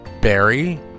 Barry